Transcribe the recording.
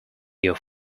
your